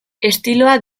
estiloa